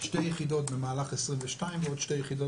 שתי יחידות במהלך 2022 ועוד שתי יחידות